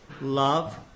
love